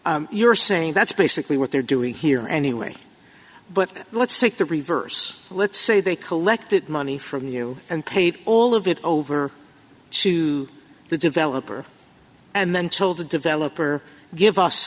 you're saying that's basically what they're doing here anyway but let's take the reverse let's say they collect that money from you and paid all of it over to the developer and then sold the developer give us